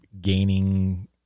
gaining